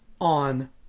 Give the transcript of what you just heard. on